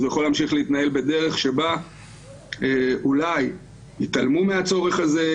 יכול להמשיך להתנהל בדרך שבה אולי יתעלמו מהצורך הזה,